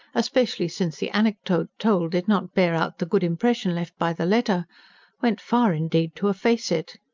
especially since the anecdote told did not bear out the good impression left by the letter went far, indeed, to efface it.